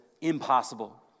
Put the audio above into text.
impossible